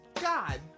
god